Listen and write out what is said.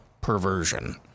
perversion